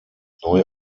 neu